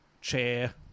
chair